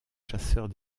chasseurs